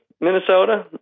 Minnesota